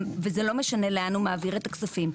וזה לא משנה לאן הוא מעביר את הכספים,